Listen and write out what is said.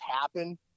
happen